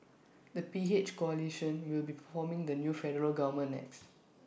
the P H coalition will be performing the new federal government next